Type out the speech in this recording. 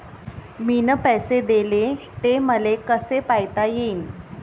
मिन पैसे देले, ते मले कसे पायता येईन?